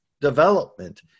development